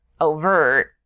overt